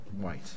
white